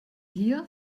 hier